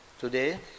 today